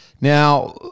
Now